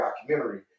documentary